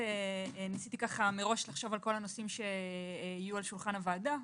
ניסיתי לחשוב מראש על כל הנושאים שיהיו על שולחן הוועדה.